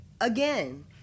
again